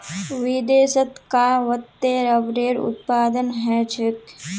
विदेशत कां वत्ते रबरेर उत्पादन ह छेक